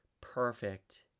perfect